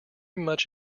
much